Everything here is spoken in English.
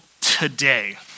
today